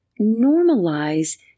normalize